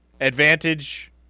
Advantage